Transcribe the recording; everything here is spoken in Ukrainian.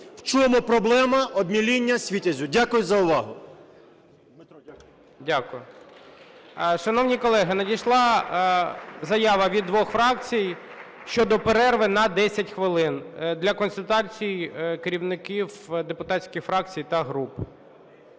в чому проблема обміління Світязю. Дякую за увагу. ГОЛОВУЮЧИЙ. Дякую. Шановні колеги, надійшла заява від двох фракцій щодо перерви на 10 хвилин для консультацій керівників депутатських фракцій та груп.